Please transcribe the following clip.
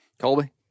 Colby